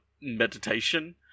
meditation